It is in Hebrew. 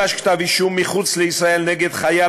539ב: (א) הוגש כתב אישום מחוץ לישראל נגד חייל,